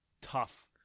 tough